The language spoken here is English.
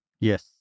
Yes